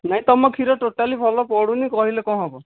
ନାହିଁ ତୁମ କ୍ଷୀର ଟୋଟାଲି ଭଲ ପଡ଼ୁନି କହିଲେ କଣ ହେବ